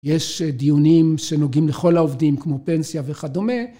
יש דיונים שנוגעים לכל העובדים כמו פנסיה וכדומה.